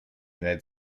united